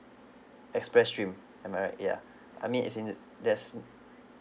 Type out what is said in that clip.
express stream am I right ya I mean it's in the there's uh